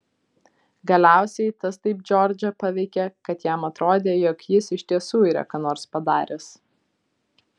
galiausiai tas taip džordžą paveikė kad jam atrodė jog jis iš tiesų yra ką nors padaręs